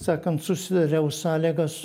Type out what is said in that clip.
sakant susidariau sąlygas